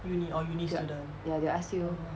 ya ya they will ask you